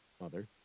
mother